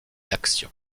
l’action